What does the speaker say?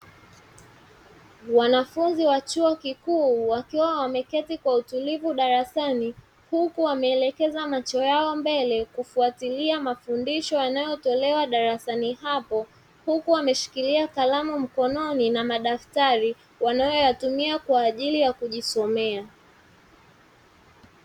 Wanafunzi wa chuo kikuu wakiwa wameketi kwa utulivu darasani huku wameelekeza macho yao mbele kufuatilia mafundisho yanayotolewa darasani hapo, huku wameshikilia kalamu mkononi na madaftari wanayoyatumia kwa ajili ya kujisomea.